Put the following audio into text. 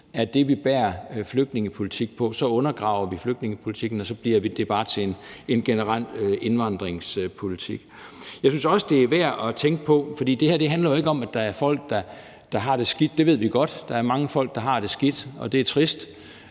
er det, vi bærer flygtningepolitikken på, undergraver vi flygtningepolitikken, og så bliver det bare til en generel indvandringspolitik. Det her handler jo ikke om, at der er folk, der har det skidt, for det ved vi godt. Der er mange folk, der har det skidt, og det er trist,